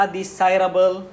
desirable